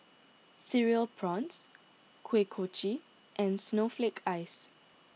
Cereal Prawns Kuih Kochi and Snowflake Ice